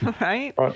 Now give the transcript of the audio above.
right